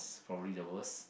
probably the worst